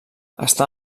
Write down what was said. està